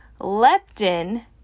leptin